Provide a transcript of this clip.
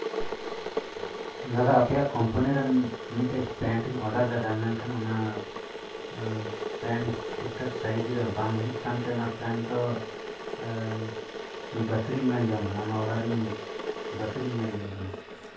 ᱫᱟᱫᱟ ᱟᱯᱮᱭᱟᱜ ᱠᱳᱢᱯᱟᱱᱤᱨᱮ ᱢᱤᱫᱴᱮᱱ ᱯᱮᱱᱴ ᱤᱧ ᱚᱰᱟᱨ ᱞᱮᱫᱟ ᱢᱮᱱᱠᱷᱟᱱ ᱚᱱᱟ ᱟᱨ ᱯᱮᱱᱴ ᱴᱷᱤᱠ ᱴᱷᱟᱠ ᱥᱟᱭᱤᱡ ᱨᱮ ᱵᱟᱝ ᱦᱩᱭᱩᱜ ᱠᱟᱱ ᱛᱮ ᱚᱱᱟ ᱯᱮᱱᱴ ᱫᱚ ᱵᱟᱛᱤᱞ ᱤᱧ ᱢᱮᱱ ᱡᱚᱝ ᱠᱟᱱᱟ ᱚᱱᱟ ᱚᱰᱟᱨ ᱤᱧ ᱵᱟᱛᱤᱞ ᱤᱧ ᱢᱮᱱ ᱡᱚᱝ ᱠᱟᱱᱟ